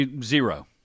Zero